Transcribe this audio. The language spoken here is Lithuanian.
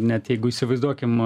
net jeigu įsivaizduokim